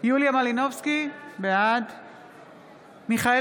יוליה מלינובסקי, בעד מיכאל